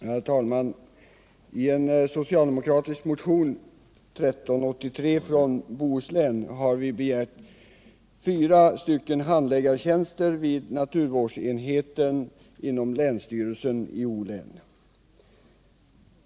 Herr talman! I den socialdemokratiska motionen 1383, som har väckts av representanter från Bohuslän, har vi begärt fyra handläggartjänster vid naturvårdsenheten inom länsstyrelsen i O län.